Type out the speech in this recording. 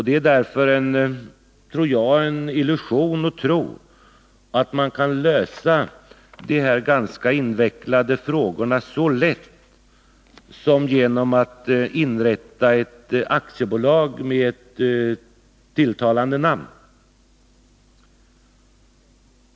Det är därför, tror jag, en illusion att tro att man kan klara av de här ganska invecklade frågorna så lätt som genom att inrätta ett aktiebolag med tilltalande namn.